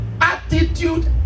attitude